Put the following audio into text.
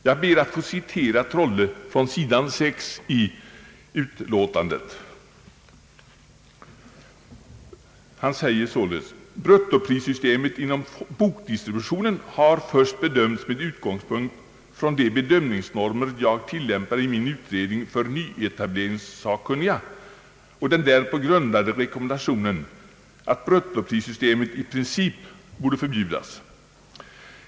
Jag ber att få citera vad professor af Trolle anfört, vilket redovisas på sid. 6 i utlåtandet. Han sä ger således: »Bruttoprissystemet inom bokdistributionen har först bedömts med utgångspunkt från de bedömningsnormer jag tillämpade i min utredning för Nyetableringssakkunniga och den därpå grundade rekommendationen, att bruttoprissystemet i princip borde förbjudas.